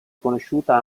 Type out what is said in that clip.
conosciuta